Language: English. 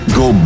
go